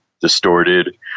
distorted